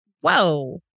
whoa